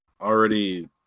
already